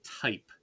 type